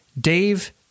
Dave